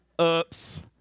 oops